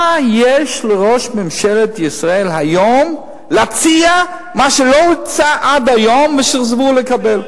מה יש לראש ממשלת ישראל היום להציע שלא הוצע עד היום ושסירבו לקבל?